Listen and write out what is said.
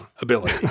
ability